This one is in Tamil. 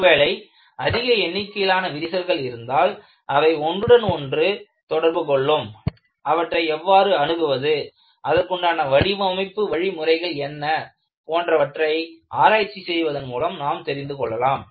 ஒருவேளை அதிக எண்ணிக்கையிலான விரிசல்கள் இருந்தால் அவை எவ்வாறு ஒன்றுடன் ஒன்று தொடர்பு கொள்ளும் அவற்றை எவ்வாறு அணுகுவது அதற்குண்டான வடிவமைப்பு வழிமுறைகள் என்ன போன்றவற்றை ஆராய்ச்சி செய்வதன் மூலம் நாம் தெரிந்து கொள்ளலாம்